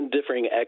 differing